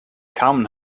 carmen